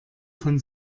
von